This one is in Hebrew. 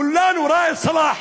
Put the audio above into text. כולנו ראאד סלאח,